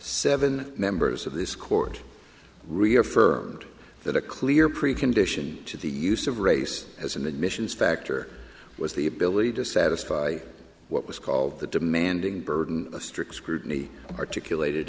seven members of this court reaffirmed that a clear precondition to the use of race as an admissions factor was the ability to satisfy what was called the demanding burden a strict scrutiny articulated